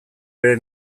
bere